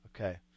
Okay